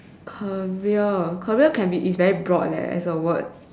career career can be it's very broad leh as a word